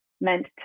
meant